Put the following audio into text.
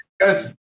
guys